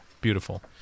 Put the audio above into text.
Beautiful